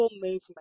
movement